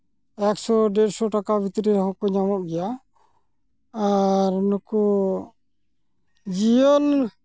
ᱮᱹᱠᱥᱚ ᱰᱮᱹᱲᱥᱚ ᱴᱟᱠᱟ ᱵᱷᱤᱛᱨᱤ ᱨᱮᱦᱚᱸ ᱠᱚ ᱧᱟᱢᱚᱜ ᱜᱮᱭᱟ ᱟᱨ ᱱᱩᱠᱩ ᱡᱤᱭᱟᱹᱞ